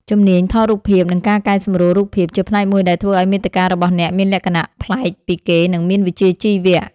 ជំនាញថតរូបភាព និងការកែសម្រួលរូបភាព ជាផ្នែកមួយដែលធ្វើឱ្យមាតិការបស់អ្នកមានលក្ខណៈប្លែកពីគេ និងមានវិជ្ជាជីវៈ។